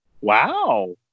Wow